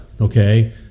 okay